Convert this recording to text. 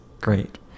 Great